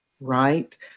right